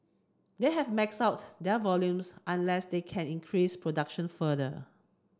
they have maxed out their volumes unless they can increase production further